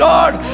Lord